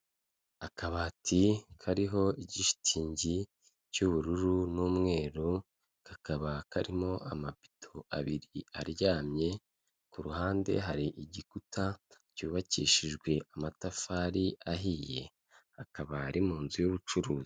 Akabati kariho igishitingi cy'ubururu n'umweru, kakaba karimo amabido abiri aryamye, ku ruhande hari igikuta cyubakishijwe amatafari ahiye, akaba ari mu nzu y'ubucuruzi.